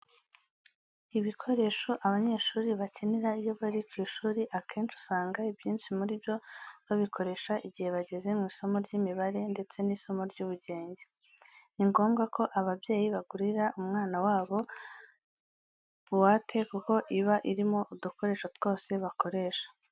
Ibikoresho abanyeshuri bakenera iyo bari ku ishuri akenshi usanga ibyinshi muri byo babikoresha igihe bageze mu isomo ry'imibare ndetse n'isomo ry'ubugenge. Ni ngombwa ko ababyeyi bagurira umwana wabo buwate kuko iba irimo udukoresho twose bakoresha.